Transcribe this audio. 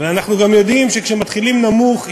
אנחנו גם יודעים שכשמתחילים נמוך,